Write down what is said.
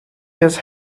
his